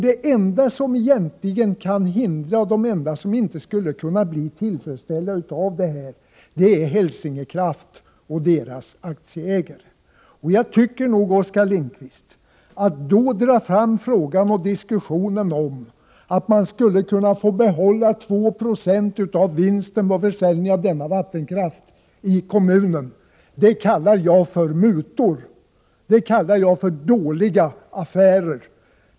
De enda som egentligen inte skulle bli tillfredsställda är Hälsingekraft och dess aktieägare. Att som Oskar Lindkvist då dra fram frågan och diskussionen om att man i kommunen skulle få behålla 296 av vinsten på försäljningen av denna vattenkraft, kallar jag för mutor och för dåliga affärer!